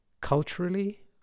culturally